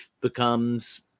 becomes